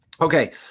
Okay